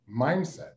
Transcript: mindset